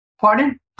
pardon